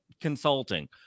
consulting